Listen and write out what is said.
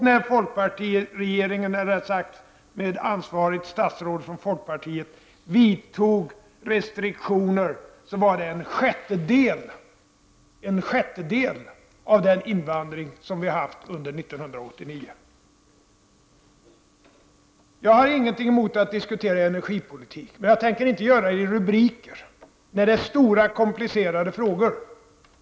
När ett ansvarigt statsråd från folkpartiet vidtog restriktioner var invandringen endast en sjättedel av den invandring som vi hade under 1989. Jag har inget emot att diskutera energipolitik, men jag tänker inte göra det i rubriker, eftersom det gäller stora och komplicerade frågor.